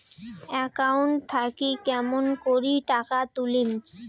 Account থাকি কেমন করি টাকা তুলিম?